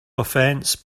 offense